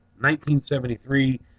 1973